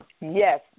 Yes